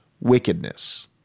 wickedness